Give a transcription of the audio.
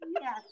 Yes